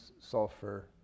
sulfur